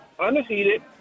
Undefeated